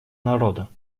народа